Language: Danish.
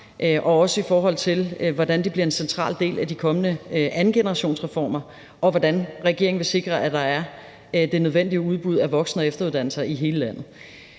også i forhold til hvordan det bliver en central del af de kommende andengenerationsreformer, og hvordan regeringen vil sikre, at der er det nødvendige udbud af voksen- og efteruddannelser i hele landet.